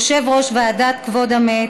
יושב-ראש ועדת כבוד המת,